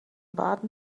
baden